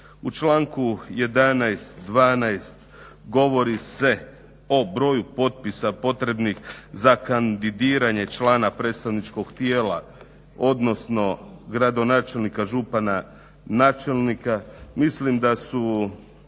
U članku 11., 12. govori se o broju potpisa potrebnih za kandidiranje člana predstavničkog tijela, odnosno gradonačelnika, župana, načelnika. Mislim da su